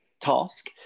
task